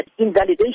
Invalidation